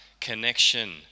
connection